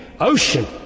ocean